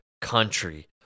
country